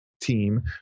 team